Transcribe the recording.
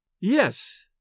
Yes